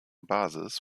basis